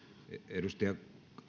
edustaja